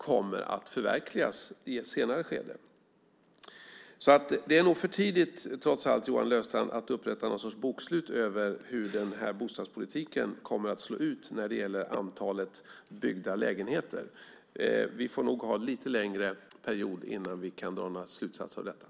Så det är nog trots allt för tidigt, Johan Löfstrand, att upprätta någon sorts bokslut över hur bostadspolitiken kommer att slå ut när det gäller antalet byggda lägenheter. Vi får nog ha en lite längre period innan vi kan dra några slutsatser.